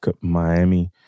Miami